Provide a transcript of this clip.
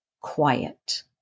quiet